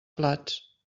plats